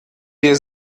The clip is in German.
wir